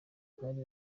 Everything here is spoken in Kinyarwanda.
bari